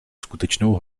skutečnou